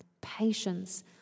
patience